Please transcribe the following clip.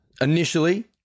Initially